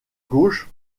gauche